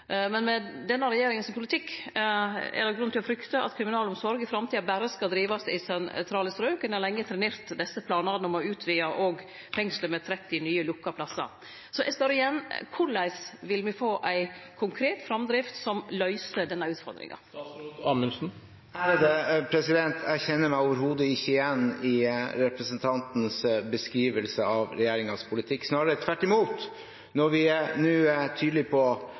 men med politikken til denne regjeringa er det grunn til å frykte at kriminalomsorga i framtida berre skal drivast i sentrale strøk. Ein har lenge trenert desse planane om å utvide fengselet med 30 nye lukka plassar. Eg spør igjen: Korleis vil me få ei konkret framdrift som løyser denne utfordringa? Jeg kjenner meg overhodet ikke igjen i representantens beskrivelse av regjeringens politikk – snarere tvert imot. Når vi nå er tydelige på